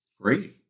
Great